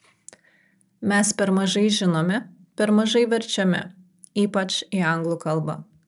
mes per mažai žinomi per mažai verčiami ypač į anglų kalbą